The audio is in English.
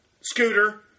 Scooter